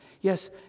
Yes